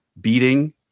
beating